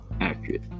Accurate